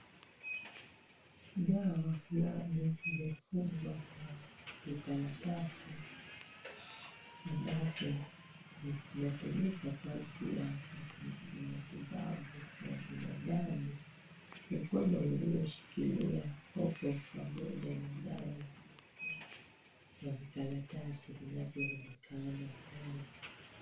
Dawa limefungwa kwa karatasi ambacho kinatumika kwa ajili ya matibabu ya binadamu. Mkono ilioshikilia kopo na dawa kwa vikaratasi vinavyoonekana ndani.